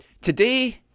today